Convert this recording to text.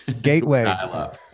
Gateway